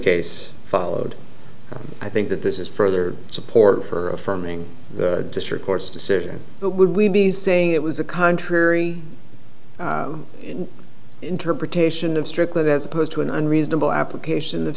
case followed i think that this is further support for affirming the district court's decision but would we be saying it was a contrary interpretation of strickland as opposed to an unreasonable application of